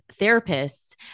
therapists